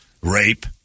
rape